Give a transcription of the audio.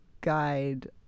guide